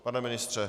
Pane ministře?